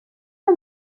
are